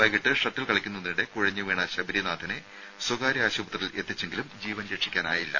വൈകീട്ട് ഷട്ടിൽ കളിക്കുന്നതിനിടെ കുഴഞ്ഞു വീണ ശബരീനാഥിനെ സ്വകാര്യ ആശുപത്രിയിൽ എത്തിച്ചെങ്കിലും ജീവൻ രക്ഷിക്കാനായില്ല